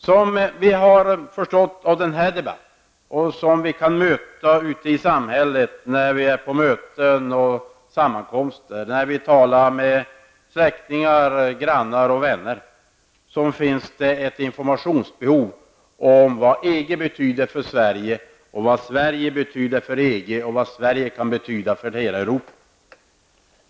Det har i den här debatten visat sig, vilket vi även kan märka ute i samhället när vi är på olika sammankomster och när vi talar med släktingar, grannar och vänner, att det finns ett informationsbehov om vad EG betyder för Sverige, vad Sverige betyder för EG, och vad Sverige kan betyda för hela Europa.